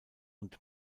und